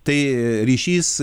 tai ryšys